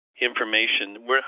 Information